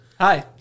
Hi